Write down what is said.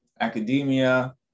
academia